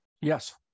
Yes